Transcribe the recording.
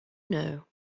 know